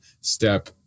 step